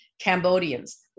Cambodians